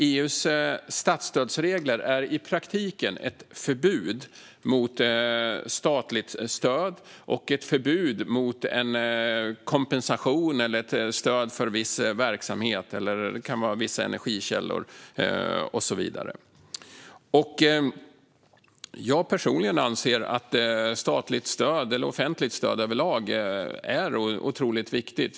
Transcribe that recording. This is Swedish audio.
EU:s statsstödsregler är i praktiken ett förbud mot statligt stöd och ett förbud mot kompensation eller stöd för viss verksamhet, som kan vara vissa energikällor och så vidare. Jag personligen anser att statligt stöd, eller offentligt stöd över lag, är otroligt viktigt.